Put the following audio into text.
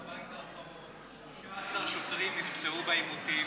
בבית האחרון 13 שוטרים נפצעו בעימותים.